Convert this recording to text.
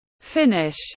finish